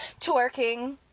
twerking